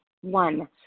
One